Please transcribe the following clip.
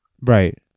Right